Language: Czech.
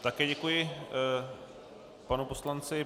Také děkuji panu poslanci.